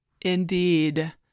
Indeed